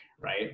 right